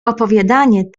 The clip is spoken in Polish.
opowiadanie